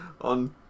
on